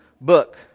book